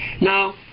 Now